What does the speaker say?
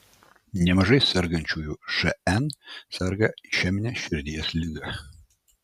nemažai sergančiųjų šn serga išemine širdies liga